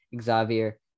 Xavier